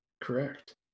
Correct